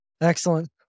Excellent